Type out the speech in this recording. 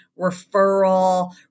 referral